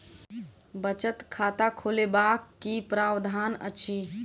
बचत खाता खोलेबाक की प्रावधान अछि?